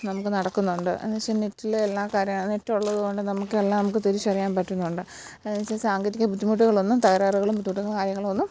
നമുക്ക് നടക്കുന്നുണ്ട് എന്നുവച്ചാല് നെറ്റിലെ എല്ലാ കാര്യം നെറ്റുള്ളതുകൊണ്ട് നമുക്കെല്ലാം നമുക്ക് തിരിച്ചറിയാൻ പറ്റുന്നുണ്ട് എന്നുവച്ചാല് സാങ്കേതിക ബുദ്ധിമുട്ടുകളൊന്നും തകരാറുകളും ബുദ്ധിമുട്ടും കാര്യങ്ങളൊന്നും